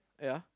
yeah